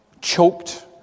choked